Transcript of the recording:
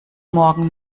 morgen